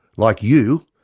like you,